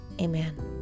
Amen